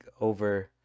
over